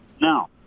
Now